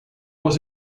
was